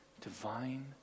divine